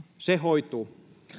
se hoituu